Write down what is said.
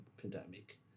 pandemic